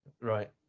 Right